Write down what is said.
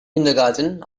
kindergarten